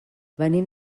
venim